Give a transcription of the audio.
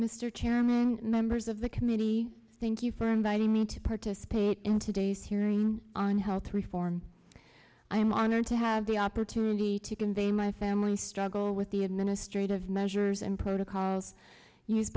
mr chairman members of the committee thank you for inviting me to participate in today's hearing on health reform i am honored to have the opportunity to convey my family struggle with the administrative measures and protocols used